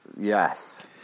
Yes